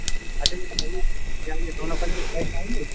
اچھا یہ بتائیے کیا یہ دونوں پھل فریش ہیں یہ